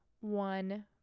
one